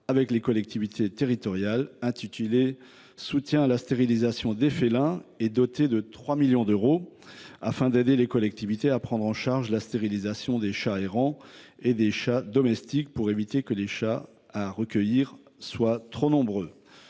avec les collectivités territoriales », intitulé « Soutien à la stérilisation des félins » et doté de 3 millions d’euros afin d’aider les collectivités à prendre en charge la stérilisation des chats errants et des chats domestiques, pour éviter que les chats à recueillir ne soient trop nombreux.